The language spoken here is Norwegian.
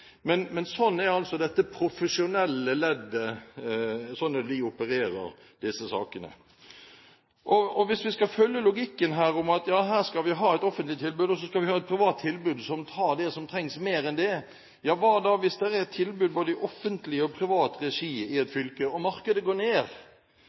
Men det er altså sånn dette profesjonelle leddet opererer i disse sakene. Hvis vi skal følge logikken om at her skal vi ha et offentlig tilbud, og så skal vi ha et privat tilbud som tar det som trengs mer enn det, hva da hvis det er et tilbud både i offentlig og privat regi i et